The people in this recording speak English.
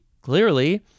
clearly